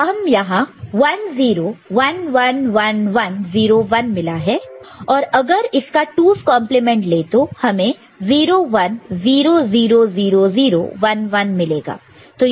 तो हमें यहां 1 0 1 1 1 1 0 1 मिला है और अगर इसका 2's कंपलीमेंट 2's complement ले तो हमें 0 1 0 0 0 0 1 1 मिलेगा